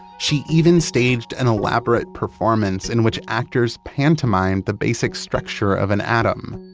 she even staged an elaborate performance in which actors pantomimed the basic structure of an atom,